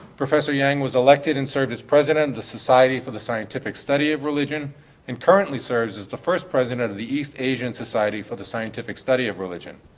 professor yang was elected and served as president of the society for the scientific study of religion and currently serves as the first president of the east asian society for the scientific study of religion.